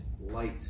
light